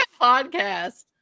podcast